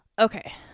Okay